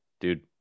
Dude